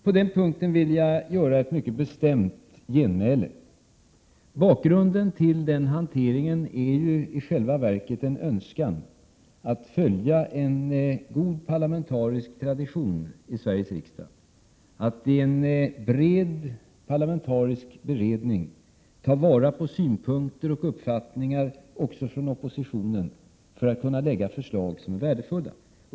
På den punkten vill jag komma med ett mycket bestämt genmäle. Bakgrunden till hanteringen är tvärtom i själva verket en önskan att följa en god parlamentarisk tradition i Sveriges riksdag för att i en bred parlamentarisk beredning ta vara på synpunkter och uppfattningar, också från oppositionen, så att man kan lägga fram förslag som är värdefulla.